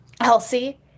Elsie